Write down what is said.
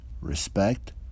respect